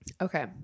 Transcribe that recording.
Okay